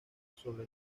sobre